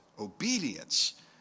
obedience